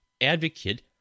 advocate